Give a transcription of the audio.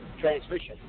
transmission